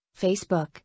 Facebook